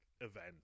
event